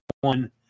one